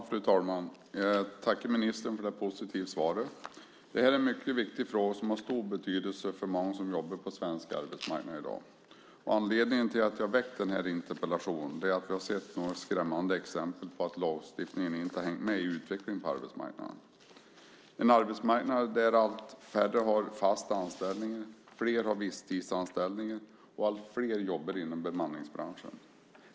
Fru talman! Jag tackar ministern för det positiva svaret. Det här är en mycket viktig fråga som har stor betydelse för många som jobbar på den svenska arbetsmarknaden i dag. Anledningen till att jag har väckt den här interpellationen är att jag har sett några skrämmande exempel på att lagstiftningen inte har hängt med i utvecklingen på arbetsmarknaden, en arbetsmarknad där allt färre har fast anställning, flera har visstidsanställningar och allt fler jobbar inom bemanningsbranschen.